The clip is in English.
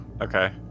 Okay